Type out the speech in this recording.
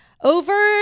Over